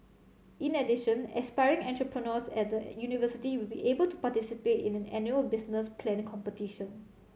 in addition aspiring entrepreneurs at the university will be able to participate in an annual business plan competition